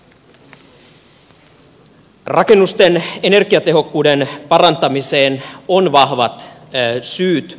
rakennusten energiatehokkuuden parantamiseen on vahvat syyt